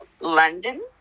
London